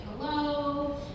hello